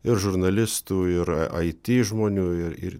ir žurnalistų yra it žmonių ir ir